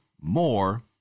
more